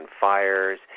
fires